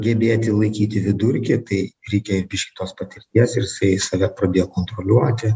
gebėti laikyti vidurkį tai reikia biškį tos patirties ir jisai save pradėjo kontroliuoti